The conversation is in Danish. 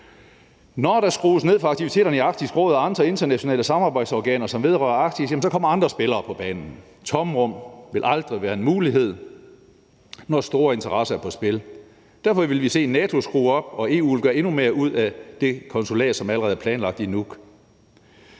Når der skrues ned for aktiviteterne i Arktisk Råd og andre internationale samarbejdsorganer, som vedrører Arktis, kommer andre spillere på banen. Tomrum vil aldrig være en mulighed, når store interesser er på spil. Derfor vil vi se NATO skrue op, og EU vil gøre endnu mere ud af det konsulat, som allerede er planlagt i Nuuk.